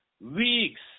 weeks